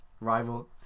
rival